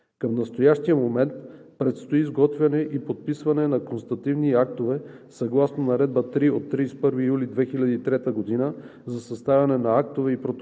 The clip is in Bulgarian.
Към настоящия момент предстои изготвяне и подписване на констативни актове съгласно Наредба № 3 от 31 юли 2003 г. за съставяне на актове и протоколи